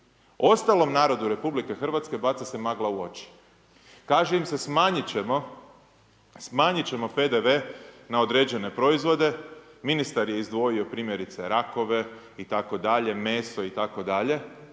Ostalom narodu RH baca se magla u oči. Kaže im se, smanjit ćemo PDV na određene proizvode. Ministar je izdvojio primjerice rakove itd., meso itd.,